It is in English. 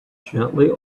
gently